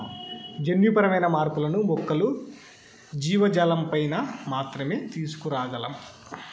జన్యుపరమైన మార్పులను మొక్కలు, జీవజాలంపైన మాత్రమే తీసుకురాగలం